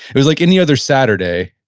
it was like any other saturday,